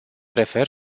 refer